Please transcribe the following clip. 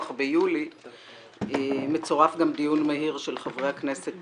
ביולי מצורף גם דיון מהיר של חברי הכנסת